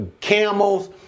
camels